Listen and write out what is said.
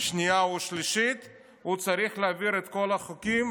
שנייה ושלישית הוא צריך להעביר את כל החוקים,